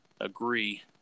agree